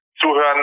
zuhören